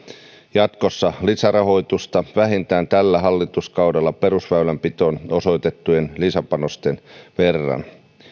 jatkossa lisärahoitusta vähintään tällä hallituskaudella perusväylänpitoon osoitettujen lisäpanosten verran